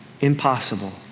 Impossible